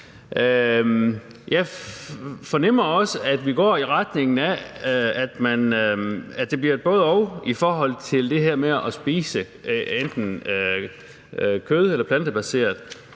Jeg fornemmer også, at vi går i retning af, at det bliver et både-og i forhold til det her med at spise enten kød eller plantebaseret.